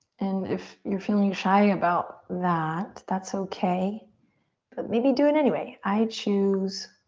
and if you're feeling shy about that, that's okay but maybe do it anyway. i choose.